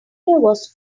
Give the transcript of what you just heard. was